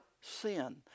sin